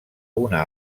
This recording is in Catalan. una